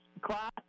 class